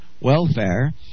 welfare